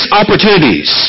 opportunities